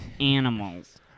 animals